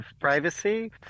privacy